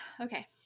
Okay